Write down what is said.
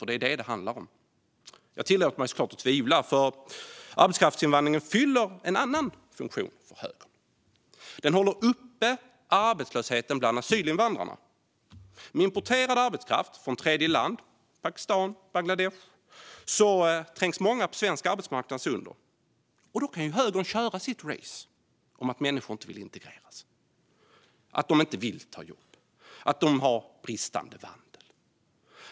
Det är vad det handlar om. Jag tillåter mig att tvivla, för arbetskraftsinvandringen fyller en annan funktion för högern genom att hålla uppe arbetslösheten bland asylinvandrarna. Med importerad arbetskraft från tredjeland, till exempel Bangladesh och Pakistan, trängs många på svensk arbetsmarknad undan. Då kan högern köra sitt race om att människor inte vill integreras, att de inte vill ta jobb, att de har bristande vandel.